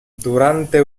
durante